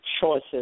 choices